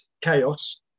chaos